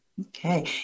Okay